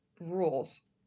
rules